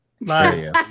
Bye